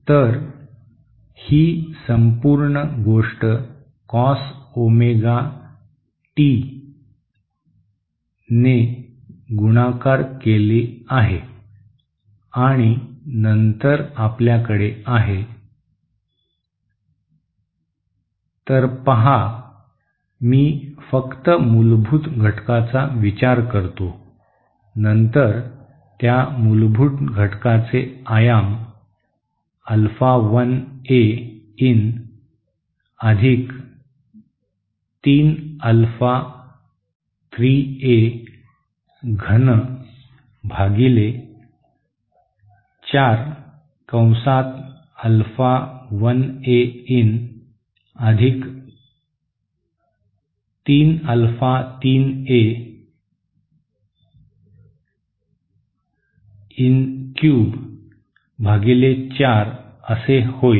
तर ही संपूर्ण गोष्ट कॉस ओमेगा टीने गुणाकार केली आहे आणि नंतर आपल्याकडे आहे तर पहा मी फक्त मूलभूत घटकाचा विचार करतो नंतर त्या मूलभूत घटकाचे आयाम alpha 1 A in 3 alpha 3 A घन भागिले 4 Alpha 1 A in 3 Alpha 3 A in cube upon 4 असे होईल